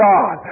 God